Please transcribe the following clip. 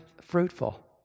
fruitful